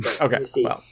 Okay